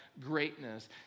greatness